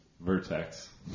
vertex